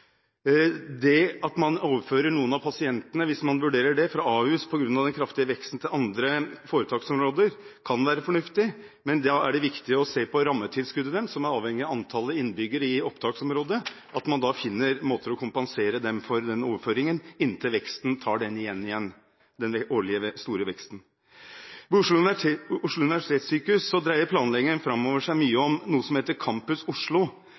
Det at man overfører noen av pasientene – hvis man vurderer det – fra Ahus, på grunn av den kraftige veksten, til andre foretaksområder, kan være fornuftig. Men da er det viktig å se på rammetilskuddet deres, som er avhengig av antall innbyggere i opptaksområdet, og at man finner måter å kompensere dem for den overføringen på inntil den store, årlige veksten tar den igjen. Ved Oslo universitetssykehus dreier planleggingen framover seg mye om noe som heter Campus Oslo,